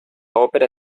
opera